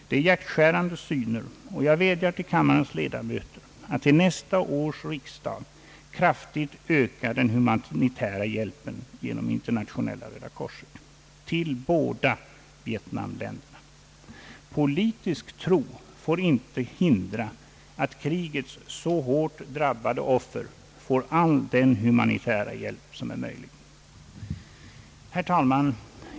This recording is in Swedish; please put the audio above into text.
Det är hjärtskärande syner, och jag vädjar till kammarens ledamöter att till nästa års riksdag kraftigt öka den humanitära hjälpen genom Internationella röda korset till båda Vietnamländerna. Politisk tro får inte hindra att krigets så hårt drabbade offer får all den humanitära hjälp som är möjlig. Herr talman!